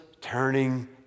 turning